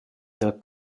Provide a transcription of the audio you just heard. dal